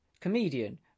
Comedian